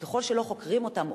שככל שלא חוקרים אותם,